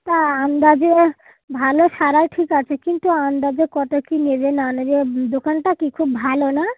তা আন্দাজে ভালো সারায় ঠিক আছে কিন্তু আন্দাজে কতো কী নেবে না নেবে দোকানটা কি খুব ভালো না